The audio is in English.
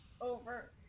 over